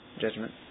Judgment